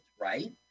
right